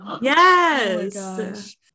Yes